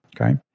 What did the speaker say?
Okay